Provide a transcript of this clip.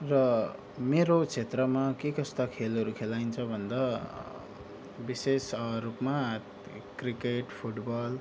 र मेरो क्षेत्रमा के कस्ता खेलहरू खेलाइन्छ भन्दा विशेष रूपमा क्रिकेट फुटबल